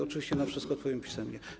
Oczywiście na wszystko odpowiem pisemnie.